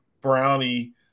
Brownie